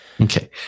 Okay